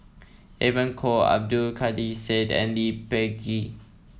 Evon Kow Abdul Kadir Syed and Lee Peh Gee